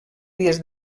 dies